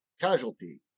casualty